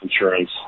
insurance